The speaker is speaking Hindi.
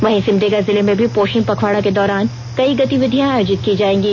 वहीं सिमडेगा जिले में भी पोषण पखवाड़ा के दौरान कई गतिविधियां आयोजित की जाएंगी